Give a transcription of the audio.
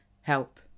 Help